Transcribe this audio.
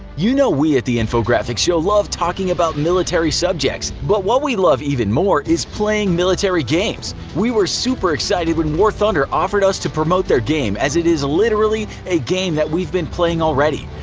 you know we at the infographics show love talking about military subjects, but what we love even more is playing military games! we were super excited when war thunder offered us to promote their game as it is literally a game that we've been playing already.